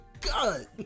God